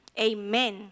amen